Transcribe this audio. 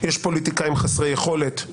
יש פוליטיקאים חסרי יכולת,